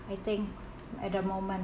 I think at the moment